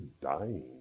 dying